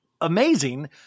amazing